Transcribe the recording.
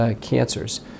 cancers